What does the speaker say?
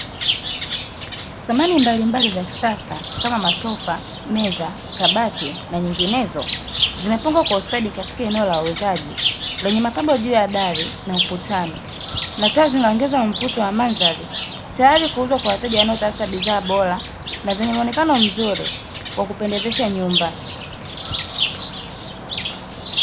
Samani mbalimbali za kisasa kama masofa, meza, kabati na nyinginezo zimapangwa kwa ustadi katika eneo la wauzaji lenye mapambo juu ya dari na ukutani na taa zinaongeza mvuto wa mandhari tayari kuuzwa kwa wateja wanaotafuta bidhaa bora na zenye muonekano mzuri wa kupendezesha nyumba.